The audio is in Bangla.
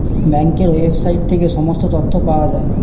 ব্যাঙ্কের ওয়েবসাইট থেকে সমস্ত তথ্য পাওয়া যায়